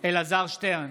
אלעזר שטרן,